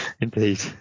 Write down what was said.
indeed